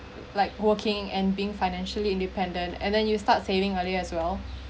like working and being financially independent and then you start saving earlier as well